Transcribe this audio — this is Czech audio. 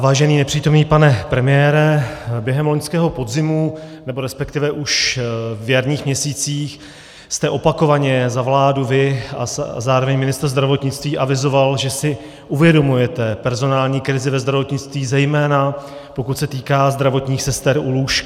Vážený nepřítomný pane premiére, během loňského podzimu, nebo resp. už v jarních měsících jste opakovaně za vládu vy a zároveň ministr zdravotnictví avizovali, že si uvědomujete personální krizi ve zdravotnictví, zejména pokud se týká zdravotních sester u lůžka.